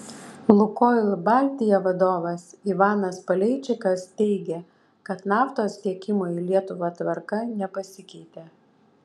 lukoil baltija vadovas ivanas paleičikas teigė kad naftos tiekimo į lietuvą tvarka nepasikeitė